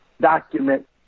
document